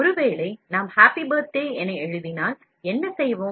ஒரு வேளை நாம் HAPPY BIRTHDAY என எழுத வேண்டுமென்றால் என்ன செய்வோம்